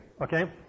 okay